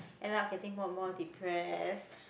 end up getting more and more depress